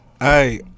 Hey